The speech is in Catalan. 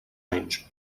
anys